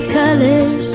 colors